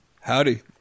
Howdy